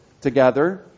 together